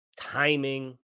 timing